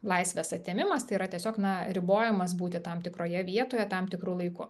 laisvės atėmimas tai yra tiesiog na ribojimas būti tam tikroje vietoje tam tikru laiku